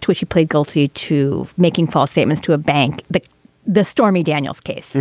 twitty pled guilty to making false statements to a bank. the the stormy daniels case.